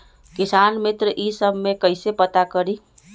किसान मित्र ई सब मे कईसे पता करी?